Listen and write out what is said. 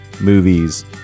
movies